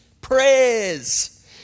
prayers